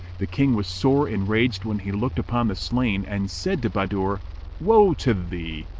the king was sore enraged when he looked upon the slain and said to bahadur, woe to thee!